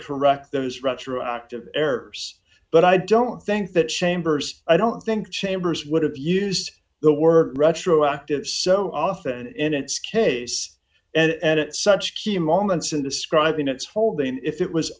correct those retroactive errors but i don't think that chambers i don't think chambers would have used the word retroactive so often in its case and at such key moments in describing its folding if it was